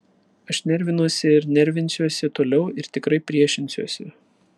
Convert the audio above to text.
aš nervinuosi ir nervinsiuosi toliau ir tikrai priešinsiuosi